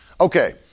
Okay